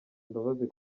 imbabazi